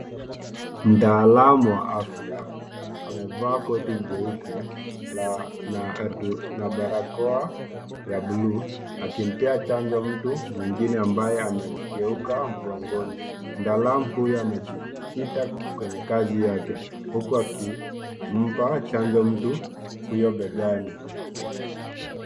Mtaalamu wa afya amevaa koti jeupe na barakoa ya bluu akimpea chanjo mtu mwingine ambaye amegeuka mgongoni. Mtaalamu huyo amejikita kwenye kazi yake huku akimpa chanjo mtu huyo begani.